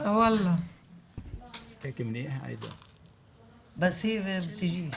שיש בהם מועצות מקומיות שמספר ההריסות הוא נמוך.